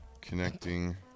connecting